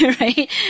right